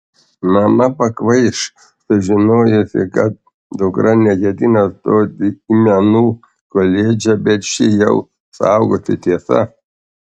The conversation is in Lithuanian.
mama pakvaiš sužinojusi kad dukra neketina stoti į menų koledžą bet ši jau suaugusi tiesa